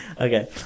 Okay